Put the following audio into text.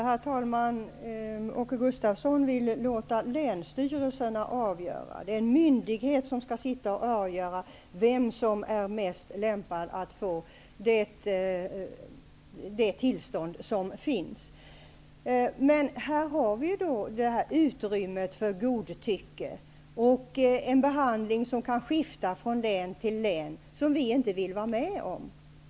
Herr talman! Åke Gustavsson vill låta länsstyrelserna avgöra. En myndighet skall få avgöra vem som är mest lämpad att få tillstånd. Här ges då ett utrymme för godtycke med en behandling som kan skifta från län till län, vilket vi inte vill vara med om.